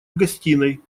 гостиной